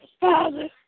Father